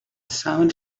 sound